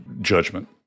judgment